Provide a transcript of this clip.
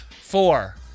four